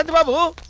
and babu